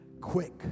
Quick